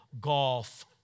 golf